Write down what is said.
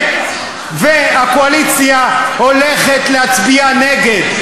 הקואליציה הולכת להצביע נגד,